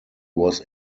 was